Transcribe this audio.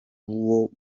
uwo